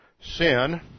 sin